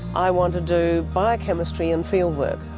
i want to do biochemistry and fieldwork.